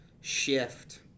shift